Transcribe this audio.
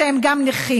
שהם גם נכים.